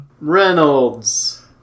Reynolds